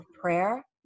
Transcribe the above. prayer